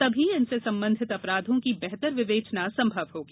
तभी इनसे संबंधित अपराधों की बेहतर विवेचना संभव होगी